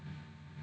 hmm